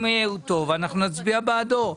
אם הוא טוב אנחנו נצביע בעדו.